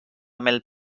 mel